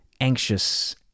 anxious